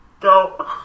Go